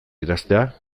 idaztea